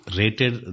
rated